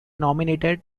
nominated